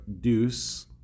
deuce